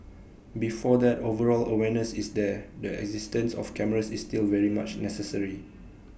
before that overall awareness is there the existence of cameras is still very much necessary